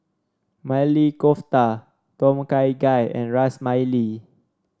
Maili Kofta Tom Kha Gai and Ras Malai